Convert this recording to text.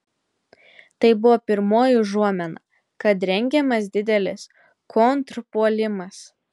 tai buvo pirmoji užuomina kad rengiamas didelis kontrpuolimas